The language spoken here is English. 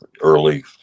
early